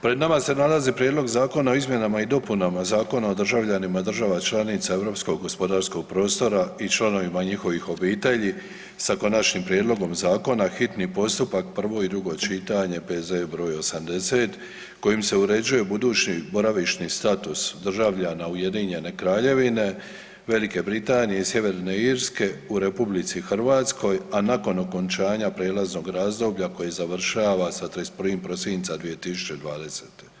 Pred nama se nalazi Prijedlog zakona o izmjenama i dopunama Zakona o državljanima država članica EGP i članovima njihovih obitelji sa konačnim prijedlogom zakona, hitni postupak, prvo i drugo čitanje, P.Z. br. 80. kojim se uređuje budući boravišni status državljana Ujedinjene Kraljevine, Velike Britanije i Sjeverne Irske u RH, a nakon okončanja prijelaznog razdoblja koje završava sa 31. prosinca 2020.